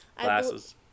Glasses